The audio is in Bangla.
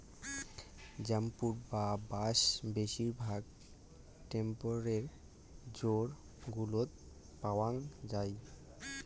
ব্যাম্বু বা বাঁশ বেশিরভাগ টেম্পেরেট জোন গুলোত পাওয়াঙ যাই